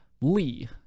Lee